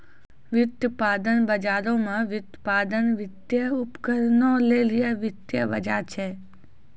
व्युत्पादन बजारो मे व्युत्पादन, वित्तीय उपकरणो लेली वित्तीय बजार छै